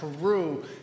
Peru